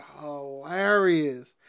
hilarious